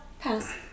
pass